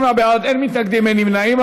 48 בעד, אין מתנגדים, אין נמנעים.